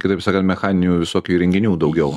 kitaip sakant mechaninių visokių įrenginių daugiau